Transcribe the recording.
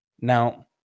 Now